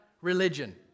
religion